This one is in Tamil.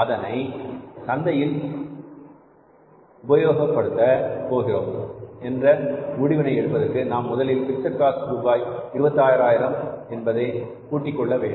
அதனை சந்தையில் உபயோகப்படுத்த போகிறோம் என்கிற முடிவினை எடுப்பதற்கு நாம் முதலில் பிக்ஸட் காஸ்ட் ரூபாய் 26000 என்பதே கூட்டிக் கொள்ள வேண்டும்